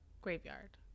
graveyard